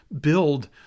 build